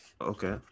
Okay